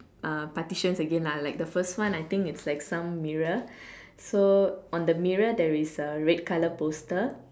uh petitions again lah like the first one I think is like some mirrors so on the mirror there is a red colour poster